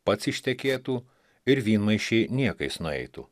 pats ištekėtų ir vynmaišiai niekais nueitų